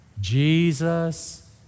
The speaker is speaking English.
Jesus